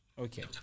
okay